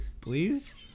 Please